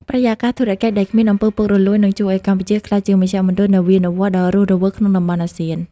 បរិយាកាសធុរកិច្ចដែលគ្មាន អំពើពុករលួយ នឹងជួយឱ្យកម្ពុជាក្លាយជា "មជ្ឈមណ្ឌលនវានុវត្តន៍" ដ៏រស់រវើកក្នុងតំបន់អាស៊ាន។